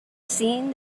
seen